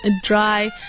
dry